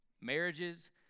Marriages